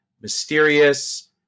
mysterious